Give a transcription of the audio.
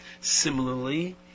Similarly